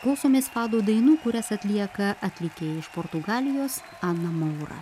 klausomės fado dainų kurias atlieka atlikėja iš portugalijos ana maura